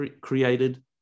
created